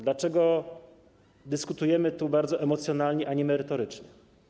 Dlaczego dyskutujemy tu bardzo emocjonalnie, a nie merytorycznie?